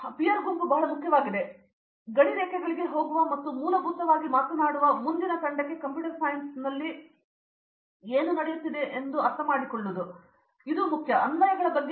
ಆದ್ದರಿಂದ ಪೀರ್ ಗುಂಪು ಬಹಳ ಮುಖ್ಯವಾಗಿದೆ ಗಡಿರೇಖೆಗಳಿಗೆ ಹೋಗುವ ಮತ್ತು ಮೂಲಭೂತವಾಗಿ ಮಾತನಾಡುವ ಮುಂದಿನ ತಂಡಕ್ಕೆ ಕಂಪ್ಯೂಟರ್ ಸೈನ್ಸ್ನಲ್ಲಿ ಏನು ನಡೆಯುತ್ತಿದೆಯೆಂದು ಅರ್ಥಮಾಡಿಕೊಳ್ಳುವುದು ಅನ್ವಯಗಳ ಬಗ್ಗೆ